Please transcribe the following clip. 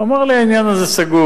והוא אמר לי: העניין הזה סגור,